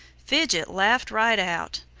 fidget laughed right out.